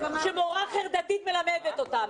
שמורה חרדתית מלמדת אותה,